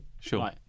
Sure